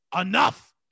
Enough